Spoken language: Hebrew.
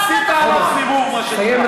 עשית עליו סיבוב, מה שנקרא.